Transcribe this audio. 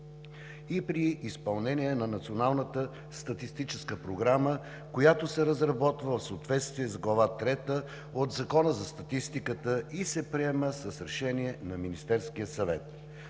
и при изпълнение на Националната статистическа програма, която се разработва в съответствие с Глава трета от Закона за статистиката, и се приема с решение на Министерския съвет.